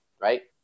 right